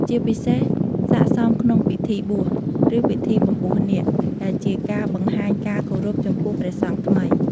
ជាពិសេស ស័ក្តិសមក្នុងពិធីបួស ឬ ពិធីបំបួសនាគ ដែលជាការបង្ហាញការគោរពចំពោះព្រះសង្ឃថ្មី។